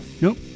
nope